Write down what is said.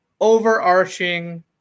overarching